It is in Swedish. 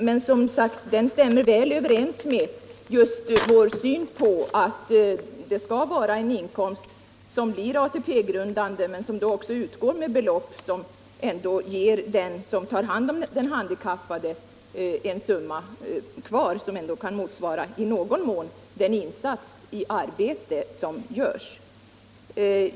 Den stämmer emellertid väl överens med vår syn, att inkomsten skall vara ATP-grundande men också uppgå till belopp som ger den person som tar hand om den handikappade en summa som i någon mån kan motsvara arbetsinsatsen.